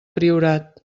priorat